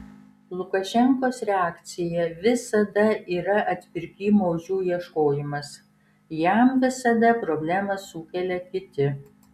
lukašenkos reakcija visada yra atpirkimo ožių ieškojimas jam visada problemas sukelia kiti